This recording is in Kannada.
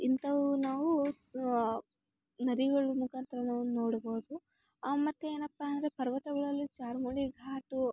ಇಂಥವು ನಾವು ಸಾ ನದಿಗಳ ಮುಖಾಂತರ ನಾವು ನೋಡ್ಬೌದು ಮತ್ತು ಏನಪ್ಪಾ ಅಂದರೆ ಪರ್ವತಗಳಲ್ಲಿ ಚಾರ್ಮಾಡಿ ಘಾಟು